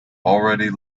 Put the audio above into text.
already